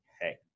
Hey